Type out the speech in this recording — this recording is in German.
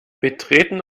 betreten